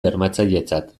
bermatzailetzat